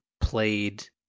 played